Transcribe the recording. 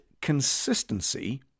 consistency